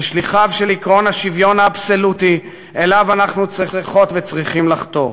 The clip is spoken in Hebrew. ושליחיו של עקרון השוויון האבסולוטי שאליו אנחנו צריכות וצריכים לחתור.